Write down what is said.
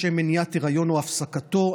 לשם מניעת היריון או הפסקתו,